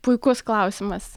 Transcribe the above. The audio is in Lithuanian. puikus klausimas